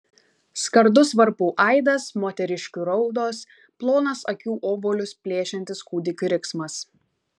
skardus varpų aidas moteriškių raudos plonas akių obuolius plėšiantis kūdikių riksmas